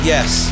Yes